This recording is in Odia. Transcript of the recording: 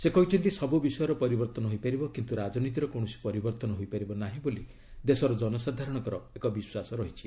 ସେ କହିଛନ୍ତି ସବୁ ବିଷୟର ପରିବର୍ଭନ ହୋଇପାରିବ କିନ୍ତୁ ରାଜନୀତିର କୌଣସି ପରିବର୍ତ୍ତନ ହୋଇପାରିବ ନାହିଁ ବୋଲି ଦେଶର ଜନସାଧାରଣଙ୍କର ଏକ ବିଶ୍ୱାସ ରହିଛି